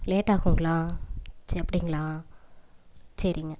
late ஆகுங்களா சரி அப்படிங்ளா சரிங்க